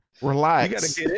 relax